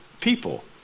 people